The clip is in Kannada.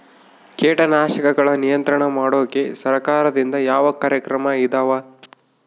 ಕೇಟನಾಶಕಗಳ ನಿಯಂತ್ರಣ ಮಾಡೋಕೆ ಸರಕಾರದಿಂದ ಯಾವ ಕಾರ್ಯಕ್ರಮ ಇದಾವ?